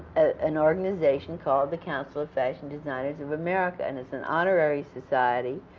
an organization called the council of fashion designers of america, and it's an honorary society,